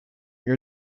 your